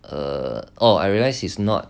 uh oh I realized he is not